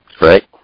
right